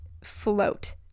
float